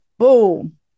boom